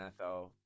NFL